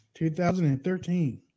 2013